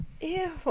Ew